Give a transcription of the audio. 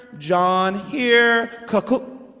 john, here, kakoo,